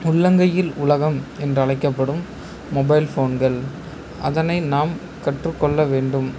உள்ளங்கையில் உலகம் என்று அழைக்கப்படும் மொபைல் ஃபோன்கள் அதனை நாம் கற்றுக்கொள்ள வேண்டும்